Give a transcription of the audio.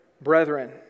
brethren